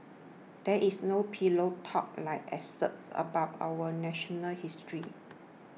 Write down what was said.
there is no pillow talk like excerpts about our national history